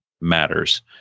matters